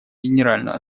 генеральную